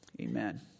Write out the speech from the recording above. Amen